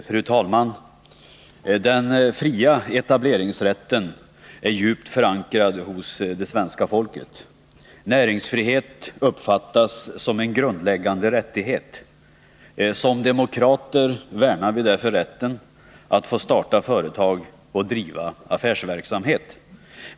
Fru talman! Den fria etableringsrätten är djupt förankrad hos det svenska folket. Näringsfrihet uppfattas som en grundläggande rättighet. Som demokrater värnar vi därför rätten att få starta företag och driva affärsverksamhet.